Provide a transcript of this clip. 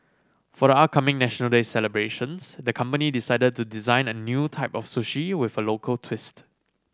for the upcoming National Day celebrations the company decided to design a new type of sushi with a local twist